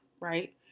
Right